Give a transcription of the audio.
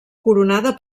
coronada